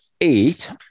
eight